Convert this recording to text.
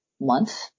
month